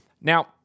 Now